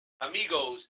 Amigos